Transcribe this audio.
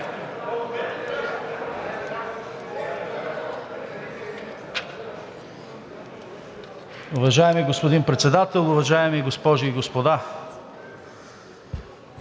Уважаеми господин Председател, уважаеми госпожи и господа!